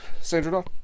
Sandra